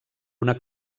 una